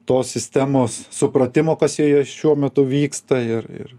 tos sistemos supratimo kas joje šiuo metu vyksta ir ir